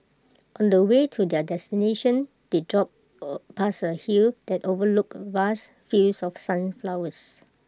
on the way to their destination they drove past A hill that overlooked vast fields of sunflowers